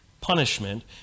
punishment